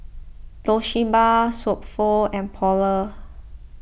Toshiba So Pho and Polar